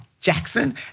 Jackson